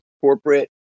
corporate